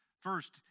First